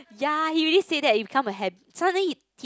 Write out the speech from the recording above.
ya he already said that it become a hab~ suddenly he he